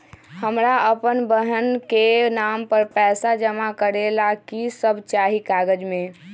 हमरा अपन बहन के नाम पर पैसा जमा करे ला कि सब चाहि कागज मे?